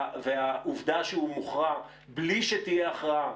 והעובדה שהוא מוכרע בלי שתהיה הכרעה,